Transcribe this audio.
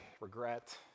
regret